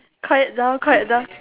quiet down quiet down